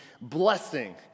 blessing